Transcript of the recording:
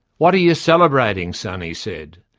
what are you celebrating, son? he said.